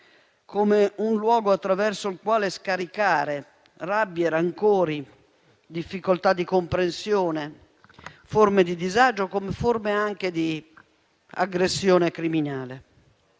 come un luogo attraverso il quale scaricare rabbia, rancori, difficoltà di comprensione, forme di disagio e anche forme di aggressione criminale.